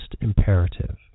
imperative